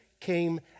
came